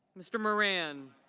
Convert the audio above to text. mr. moran.